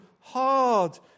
hard